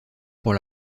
pour